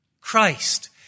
Christ